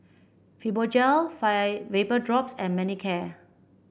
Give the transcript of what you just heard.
Fibogel Vapodrops and Manicare